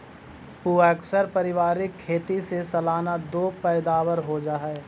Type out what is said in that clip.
प्अक्सर पारिवारिक खेती से सालाना दो पैदावार हो जा हइ